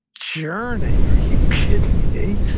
journey? are you kidding me?